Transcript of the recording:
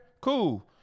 cool